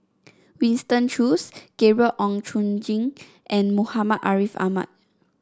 Winston Choos Gabriel Oon Chong Jin and Muhammad Ariff Ahmad